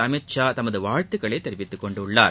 அமித்ஷா தமது வாழ்த்துக்களை தெரிவித்துள்ளார்